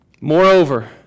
Moreover